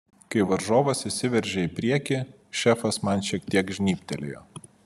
kai varžovas įsiveržė į priekį šefas man šiek tiek žnybtelėjo